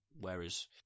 Whereas